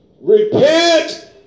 Repent